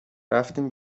رفتیم